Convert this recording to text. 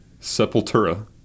Sepultura